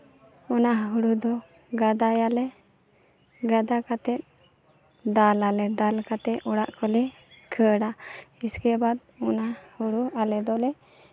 ᱚᱱᱟ ᱦᱩᱲᱩ ᱫᱚ ᱜᱟᱫᱟᱭᱟᱞᱮ ᱜᱟᱫᱟ ᱠᱟᱛᱮᱫ ᱫᱟᱞ ᱟᱞᱮ ᱫᱟᱞ ᱠᱟᱛᱮᱫ ᱚᱲᱟᱜ ᱠᱚᱞᱮ ᱠᱷᱟᱹᱲᱟ ᱩᱥᱠᱮᱵᱟᱫ ᱚᱱᱟ ᱦᱩᱲᱩ ᱟᱞᱮ ᱫᱚᱞᱮ